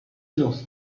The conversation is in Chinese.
政府